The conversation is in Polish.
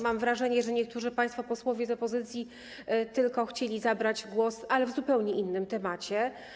Mam wrażenie, że niektórzy państwo posłowie z opozycji chcieli zabrać głos, ale na zupełnie inny temat.